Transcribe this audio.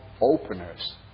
openers